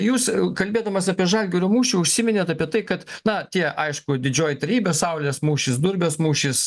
jūs kalbėdamas apie žalgirio mūšį užsiminėt apie tai kad na tie aišku didžioji trejybė saulės mūšis durbės mūšis